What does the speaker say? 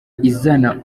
izana